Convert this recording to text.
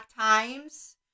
Times